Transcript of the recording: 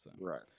Right